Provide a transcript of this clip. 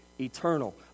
eternal